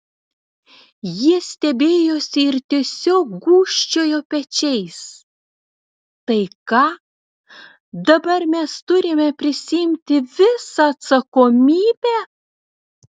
jie stebėjosi ir tiesiog gūžčiojo pečiais tai ką dabar mes turime prisiimti visą atsakomybę